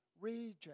region